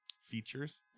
features